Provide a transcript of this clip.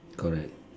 correct